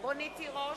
רונית תירוש,